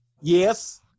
yes